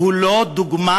הוא לא דוגמה